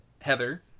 Heather